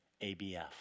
ABF